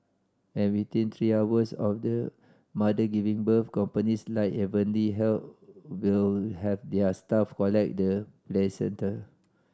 and within three hours of the mother giving birth companies like Heavenly Health will have their staff collect the placenta